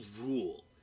rule